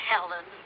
Helen